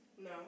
No